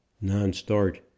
non-start